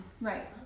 Right